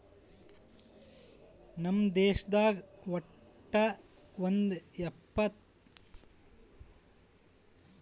ನಮ್ ದೇಶದಾಗ್ ವಟ್ಟ ಒಂದ್ ಪಾಯಿಂಟ್ ಎಪ್ಪತ್ತೆಂಟು ಮಿಲಿಯನ್ ಎಕರೆಯಷ್ಟು ಸಾವಯವ ಒಕ್ಕಲತನದು ಹೊಲಾ ಅದ